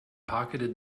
pocketed